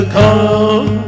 come